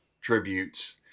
tributes